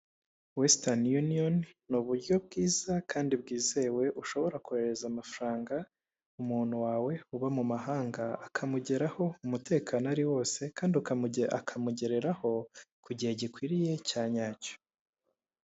Wesitani yuniyoni ni uburyo bwiza kandi bwizewe, ushobora koherereza amafaranga umuntu wawe uba mu mahanga, akamugeraho umutekano ari wose kandi akamugereraho ku gihe gikwiriye cya nyacyo.